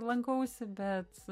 lankausi bet